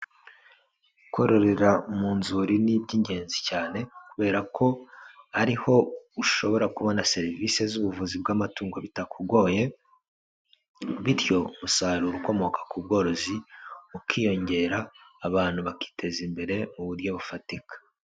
Kororera mu nzuri ni iby'ingenzi cyane, kubera ko ariho ushobora kubona serivisi z'ubuvuzi bw'amatungo bitakugoye, bityo umusaruro ukomoka ku bworozi ukiyongera, abantu bakiteza imbere mu buryo bufatika.